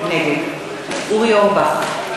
נגד אורי אורבך,